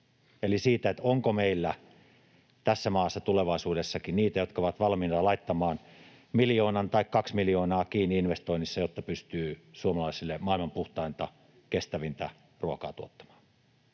eli siitä, onko meillä tässä maassa tulevaisuudessakin niitä, jotka ovat valmiita laittamaan miljoonan tai 2 miljoonaa kiinni investointiin, jotta pystyy suomalaisille maailman puhtainta, kestävintä ruokaa tuottamaan.